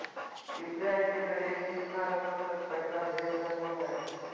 UPI के जरिए कितना रकम तक पैसा भेज सको है?